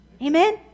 Amen